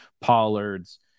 Pollards